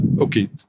Okay